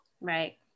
right